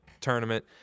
tournament